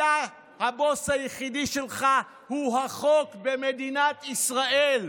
הבוס היחיד שלך הוא החוק במדינת ישראל,